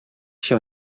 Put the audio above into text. się